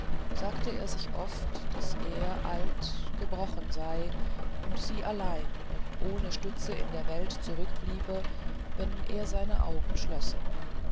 sagte er sich oft daß er alt gebrochen sei und sie allein und ohne stütze in der welt zurückbleibe wenn er seine augen schlösse